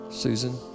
Susan